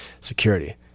security